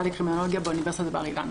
לקרימינולוגיה באוניברסיטת בר-אילן.